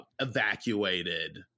evacuated